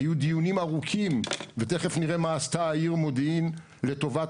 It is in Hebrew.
היו דיונים ארוכים ותיכף נראה מה עשתה העיר מודיעין לטובת